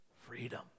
freedom